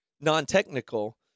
non-technical